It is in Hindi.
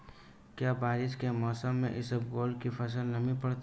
क्या बरसात के मौसम में इसबगोल की फसल नमी पकड़ती है?